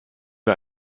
wir